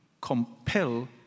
compel